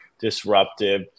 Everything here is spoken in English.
disruptive